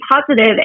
positive